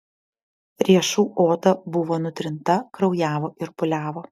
riešų oda buvo nutrinta kraujavo ir pūliavo